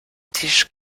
tisch